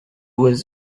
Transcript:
was